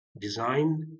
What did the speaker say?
design